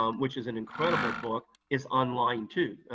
um which is an incredible book, is online, too.